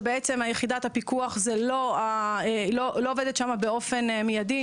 שבעצם יחידת הפיקוח לא עובדת שם באופן מידי,